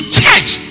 church